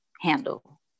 handle